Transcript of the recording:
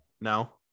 No